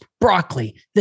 broccoli